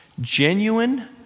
genuine